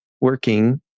working